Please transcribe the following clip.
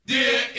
Dear